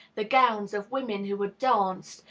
the gowns of women who had danced,